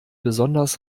besonders